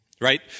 Right